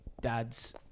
dad's